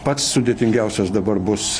pats sudėtingiausias dabar bus